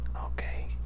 okay